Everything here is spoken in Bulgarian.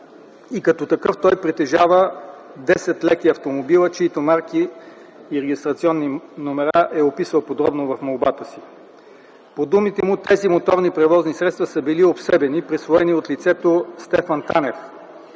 и като такъв той притежава 10 леки автомобила, чиито марки и регистрационни номера е описал подробно в молбата. По думите му тези моторни превозни средства са били обсебени, присвоени от лицето Стефан Танев.